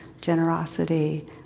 generosity